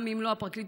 גם אם לא הפרקליטות,